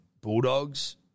Bulldogs